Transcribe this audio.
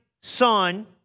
son